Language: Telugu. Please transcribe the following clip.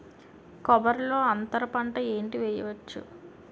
కొబ్బరి లో అంతరపంట ఏంటి వెయ్యొచ్చు?